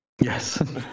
Yes